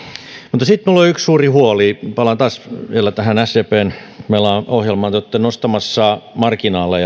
mutta sitten minulla on yksi suuri huoli palaan vielä tähän sdpn ohjelmaan te olette nostamassa marginaaleja